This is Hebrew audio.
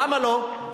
למה לא?